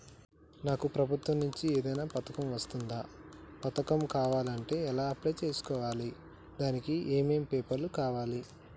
నాకు ప్రభుత్వం నుంచి ఏదైనా పథకం వర్తిస్తుందా? పథకం కావాలంటే ఎలా అప్లై చేసుకోవాలి? దానికి ఏమేం పేపర్లు కావాలి?